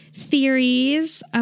theories